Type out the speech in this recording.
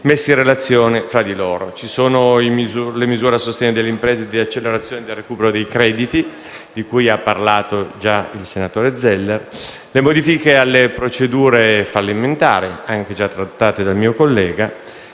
Ci sono le misure a sostegno delle imprese e per l'accelerazione del recupero dei crediti, di cui ha parlato già il senatore Zeller, e le modifiche alle procedure fallimentari, anch'esse già trattate dal mio collega.